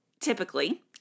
Typically